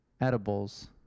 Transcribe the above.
edibles